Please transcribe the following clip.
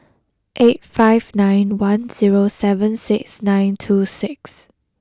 eight five nine one zero seven six nine two six